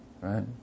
right